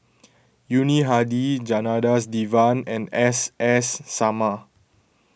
Yuni Hadi Janadas Devan and S S Sarma